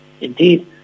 indeed